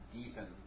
deepen